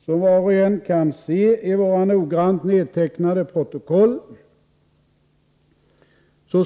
Som var och en kan se i våra noggrant nedtecknade protokoll,